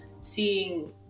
seeing